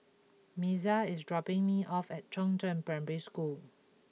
Mazie is dropping me off at Chongzheng Primary School